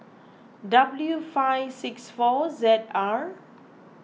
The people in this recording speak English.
W five six four Z R